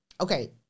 Okay